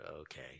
okay